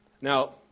Now